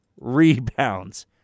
rebounds